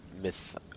myth